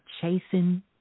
chasing